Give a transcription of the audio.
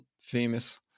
famous